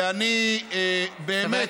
ואני באמת,